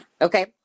Okay